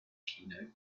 keynote